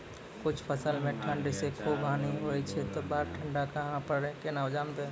कुछ फसल मे ठंड से खूब हानि होय छैय ई बार ठंडा कहना परतै केना जानये?